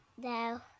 No